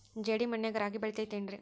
ಜೇಡಿ ಮಣ್ಣಾಗ ರಾಗಿ ಬೆಳಿತೈತೇನ್ರಿ?